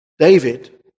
David